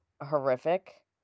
horrific